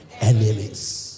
enemies